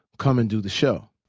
come and do the show.